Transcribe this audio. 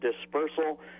dispersal